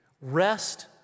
rest